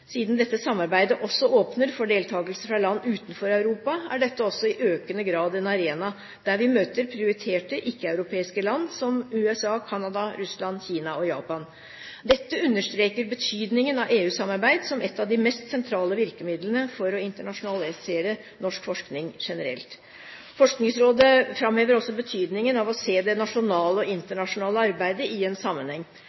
Siden dette samarbeidet også åpner for deltagelse fra land utenfor Europa, er dette også i økende grad en arena der vi møter prioriterte ikke-europeiske land som USA, Canada, Russland, Kina og Japan. Dette understreker betydningen av EU-samarbeidet som et av de mest sentrale virkemidlene for å internasjonalisere norsk forskning generelt. Forskningsrådet framhever også betydningen av å se det nasjonale og